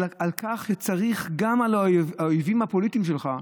על כך שצריך לכבד גם את האויבים הפוליטיים שלך,